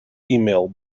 email